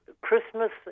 Christmas